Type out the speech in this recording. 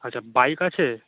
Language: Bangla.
আচ্ছা বাইক আছে